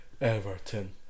Everton